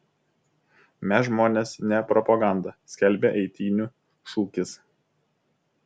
mes žmonės ne propaganda skelbia eitynių šūkis